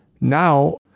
Now